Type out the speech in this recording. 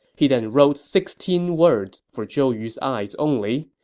he then wrote sixteen words for zhou yu's eyes only.